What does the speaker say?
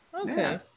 okay